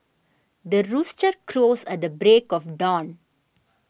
the rooster crows at the break of dawn